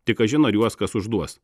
tik kažin ar juos kas užduos